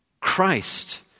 Christ